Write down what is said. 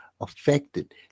Affected